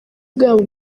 bwabo